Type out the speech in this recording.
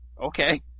Okay